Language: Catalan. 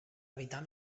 evitar